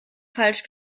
falsch